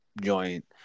joint